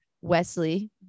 Wesley